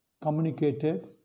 communicated